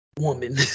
woman